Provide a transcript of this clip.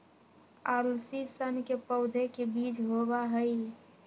अलसी सन के पौधे के बीज होबा हई